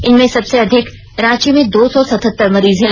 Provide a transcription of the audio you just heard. इनमें सबसे अधिक रांची में दो सौ सतहत्तर मरीज हैं